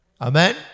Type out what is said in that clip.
Amen